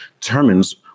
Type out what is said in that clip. determines